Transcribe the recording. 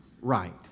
right